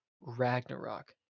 Ragnarok